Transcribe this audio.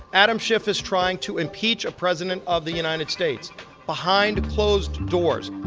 adam schiff is trying to impeach a president of the united states behind closed doors